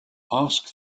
ask